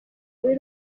w’i